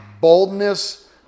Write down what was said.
boldness